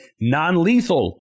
non-lethal